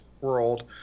world